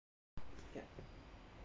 ya